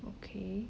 okay